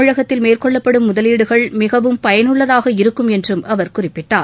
தமிழகத்தில் மேற்கொள்ளப்படும் முதலீடுகள் மிகவும் பயனுள்ளதாக இருக்கும் என்றும் அவர் குறிப்பிட்டார்